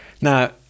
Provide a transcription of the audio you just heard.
Now